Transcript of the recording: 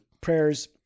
prayers